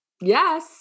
Yes